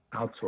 outsource